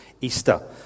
Easter